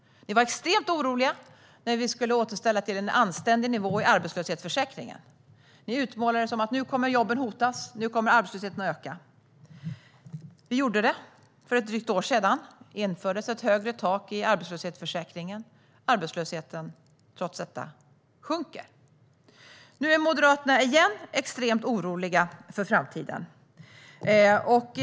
Ni var extremt oroliga när vi skulle återställa arbetslöshetsförsäkringen till en anständig nivå. Ni utmålade det som att "nu kommer jobben att hotas; nu kommer arbetslösheten att öka". Vi gjorde det - för ett drygt år sedan införde vi ett högre tak i arbetslöshetsförsäkringen. Arbetslösheten sjunker trots detta. Nu är Moderaterna återigen extremt oroliga för framtiden.